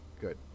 good